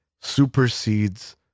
supersedes